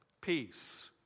peace